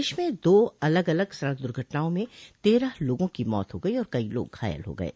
प्रदेश में दो अलग अलग सड़क दुर्घटनाओं में तेरह लोगों की मौत हो गई और कई लोग घायल हो गये